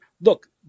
look